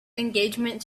engagement